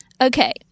Okay